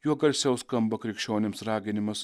juo garsiau skamba krikščionims raginimas